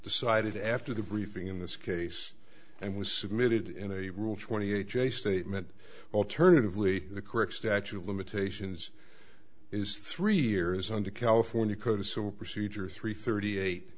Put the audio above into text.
decided after the briefing in this case and was submitted in a rule twenty eight j statement alternatively the correct statute of limitations is three years under california code so procedure three thirty eight